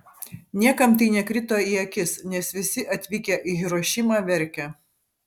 niekam tai nekrito į akis nes visi atvykę į hirošimą verkė